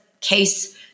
case